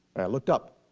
looked up.